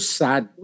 sad